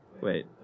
Wait